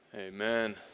Amen